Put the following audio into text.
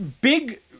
big